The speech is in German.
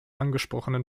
angesprochenen